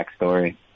backstory